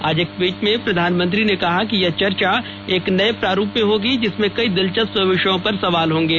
आज एक ट्वीट में प्रधानमंत्री ने कहा कि यह चर्चा एक नए प्रारूप में होगी जिसमें कई दिलचस्प विषयों पर सवाल होंगे